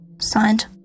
signed